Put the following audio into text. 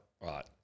Right